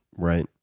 Right